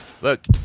Look